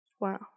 Wow